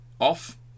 off